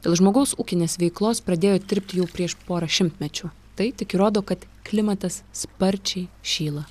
dėl žmogaus ūkinės veiklos pradėjo tirpti jau prieš porą šimtmečių tai tik įrodo kad klimatas sparčiai šyla